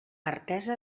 artesa